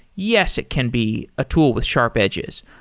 yes, it can be a tool with sharp edges,